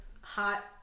hot